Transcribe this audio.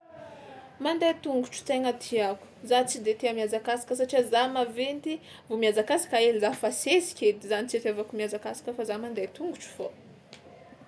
Mandeha tongotro tegna tiàko, za tsy de tia mihazakazaka satria za maventy vao mihazakazaka hely za fa sesika edy zany tsy itiavako mihazakazaka fa za mandeha tongotro fao.